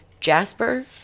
jasper